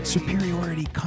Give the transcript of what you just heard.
Superiority